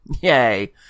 Yay